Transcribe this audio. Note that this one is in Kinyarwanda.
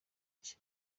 cye